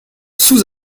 sous